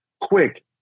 quick